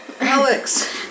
Alex